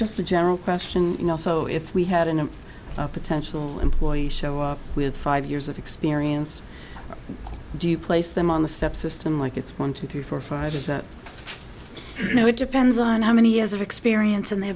just the general question also if we had enough potential employees show up with five years of experience do you place them on the step system like it's one two three four five is that it depends on how many years of experience in their